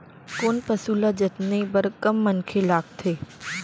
कोन पसु ल जतने बर कम मनखे लागथे?